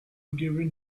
getting